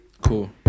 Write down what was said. Cool